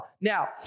now